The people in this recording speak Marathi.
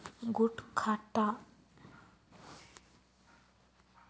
गुटखाटाबकू वगैरेसाठी सुपारी नट वापरतात